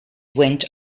went